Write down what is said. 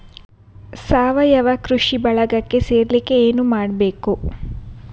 ಸಾವಯವ ಕೃಷಿ ಬಳಗಕ್ಕೆ ಸೇರ್ಲಿಕ್ಕೆ ಏನು ಮಾಡ್ಬೇಕು?